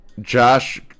Josh